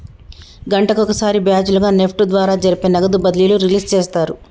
గంటకొక సారి బ్యాచ్ లుగా నెఫ్ట్ ద్వారా జరిపే నగదు బదిలీలు రిలీజ్ చేస్తారు